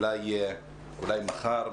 אולי מחר,